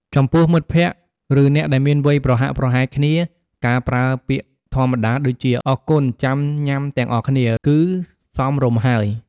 ចំពោះមិត្តភក្តិ ឬអ្នកដែលមានវ័យប្រហាក់ប្រហែលគ្នា ការប្រើពាក្យធម្មតាដូចជា "អរគុណ ចាំញ៉ាំទាំងអស់គ្នា" គឺសមរម្យហើយ។